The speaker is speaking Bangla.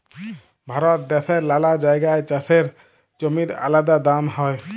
ভারত দ্যাশের লালা জাগায় চাষের জমির আলাদা দাম হ্যয়